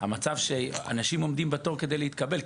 המצב הוא שאנשים עומדים בתור כדי להתקבל,